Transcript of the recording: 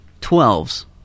Twelves